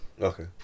Okay